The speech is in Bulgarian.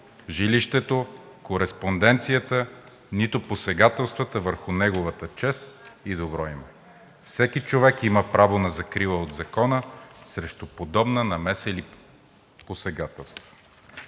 жилището, кореспонденцията, нито посегателствата върху неговата чест и добро име. Всеки човек има право на закрила от закона срещу подобна намеса или посегателство.“